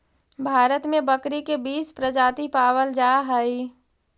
भारत में बकरी के बीस प्रजाति पावल जा हइ